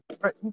right